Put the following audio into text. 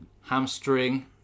Hamstring